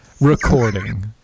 Recording